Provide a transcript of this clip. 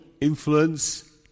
influence